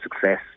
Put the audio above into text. success